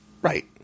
Right